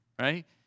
right